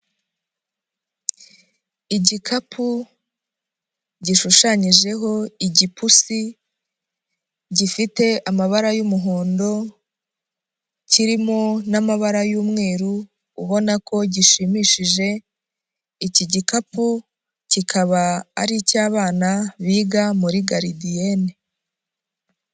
Igikapu gishushanyijeho igipusi, gifite amabara y'umuhondo, kirimo n'amabara y'umweru, ubona ko gishimishije, iki gikapu kikaba ari icy'abana, biga muri garidiyene.